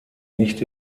nicht